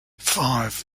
five